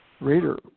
Raider